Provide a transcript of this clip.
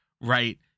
right